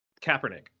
Kaepernick